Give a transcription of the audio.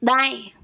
दाएं